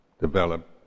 develop